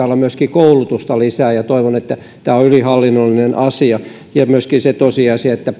olla myöskin koulutusta lisää ja toivon että tämä on ylihallinnollinen asia ja myöskin on se tosiasia että